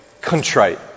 contrite